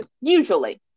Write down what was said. usually